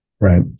right